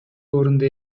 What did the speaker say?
орунду